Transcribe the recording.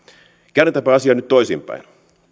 käännetäänpä asia nyt toisinpäin